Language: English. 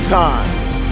times